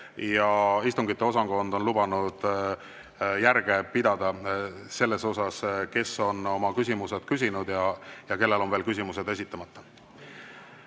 ja istungite osakond on lubanud järge pidada, kes on oma küsimused küsinud ja kellel on veel küsimused esitamata.